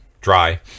Dry